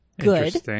good